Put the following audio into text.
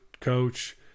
coach